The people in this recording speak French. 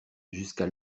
jusqu’à